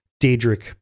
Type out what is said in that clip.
Daedric